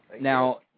Now